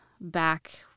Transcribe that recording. back